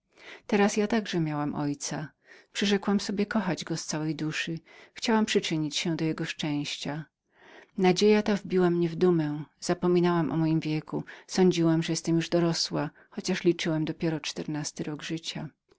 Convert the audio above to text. dla siebie mego własnego ojca przyrzekłam że go będę kochała z całej duszy chciałam nawet stać się koniecznym warunkiem do jego szczęścia nadzieja ta wbijała mnie w dumę zapominałam o moich czternastu latach sądziłam że byłam już dorosłą chociaż liczyłam dopiero czternasty rok życia